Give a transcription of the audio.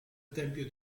tempio